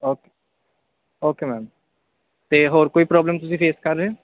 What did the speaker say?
okay okay ma'am ਅਤੇ ਹੋਰ ਕੋਈ ਪ੍ਰੋਬਲਮ ਤੁਸੀਂ ਫੇਸ ਕਰ ਰਹੇ ਓ